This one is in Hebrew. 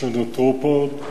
שנותרו פה,